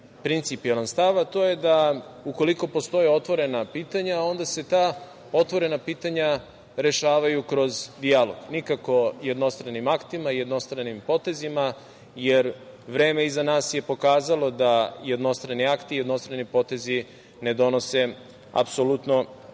principijelan stav, a to je da ukoliko postoje otvorena pitanja, onda se ta otvorena pitanja rešavaju kroz dijalog, nikako jednostranim aktima, jednostranim potezima, jer vreme iza nas je pokazalo da jednostrani akti, jednostrani potezi ne donose apsolutno